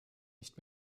nicht